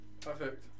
perfect